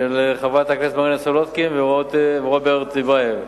של חברי הכנסת מרינה סולודקין ורוברט טיבייב,